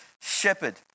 shepherd